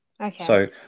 Okay